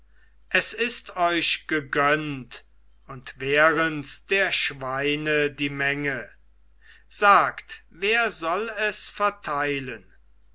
es ist euch gegönnt und wärens der schweine die menge sagt wer soll es verteilen